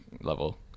level